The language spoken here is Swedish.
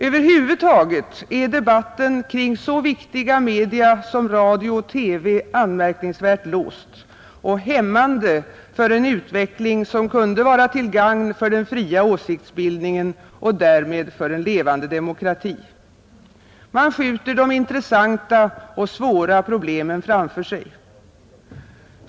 Över huvud taget är debatten kring så viktiga media som radio och TV anmärkningsvärt låst och hämmande för en utveckling som kunde vara till gagn för den fria åsiktsbildningen och därmed för en levande demokrati. Man skjuter de intressanta och svåra problemen framför sig.